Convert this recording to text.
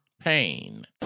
pain